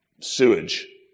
sewage